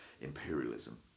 imperialism